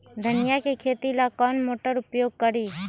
धनिया के खेती ला कौन मोटर उपयोग करी?